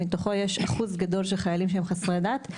מתוכו יש אחוז גדול של חיילים שהם חסרי דת.